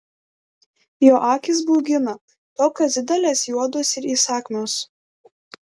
jo akys baugina tokios didelės juodos ir įsakmios